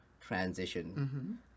transition